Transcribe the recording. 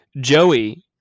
Joey